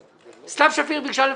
סתיו שפיר ביקשה לפנייך.